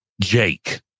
Jake